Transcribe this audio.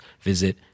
visit